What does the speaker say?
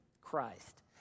Christ